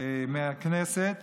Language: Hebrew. מהכנסת